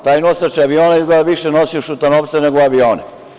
Taj nosač aviona izgleda da je više nosio Šutanovca nego avione.